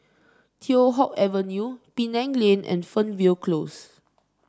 Teow Hock Avenue Penang Lane and Fernvale Close